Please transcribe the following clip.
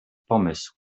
pomysł